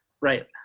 Right